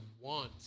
want